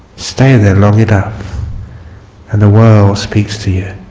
stay there long enough and the world speaks to you